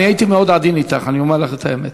אני הייתי מאוד עדין אתך, אני אומר לך את האמת.